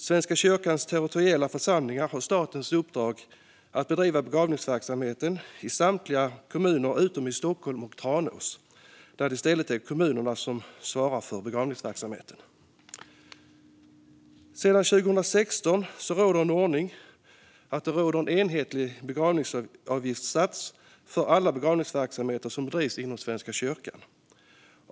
Svenska kyrkans territoriella församlingar har statens uppdrag att bedriva begravningsverksamheten i samtliga kommuner utom i Stockholm och Tranås, där det i stället är kommunerna som svarar för begravningsverksamheten. Sedan 2016 råder en ordning där begravningsavgiftssatsen är enhetlig för all begravningsverksamhet som bedrivs inom Svenska kyrkan.